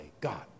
God